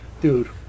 dude